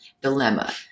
dilemma